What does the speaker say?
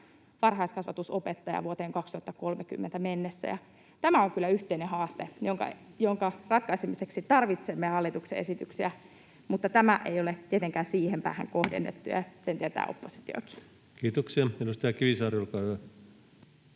varhaiskasvatusopettajaa vuoteen 2030 mennessä, ja tämä on kyllä yhteinen haaste, jonka ratkaisemiseksi tarvitsemme hallituksen esityksiä, mutta tämä ei ole tietenkään siihen päähän kohdennettu, ja sen tietää oppositiokin.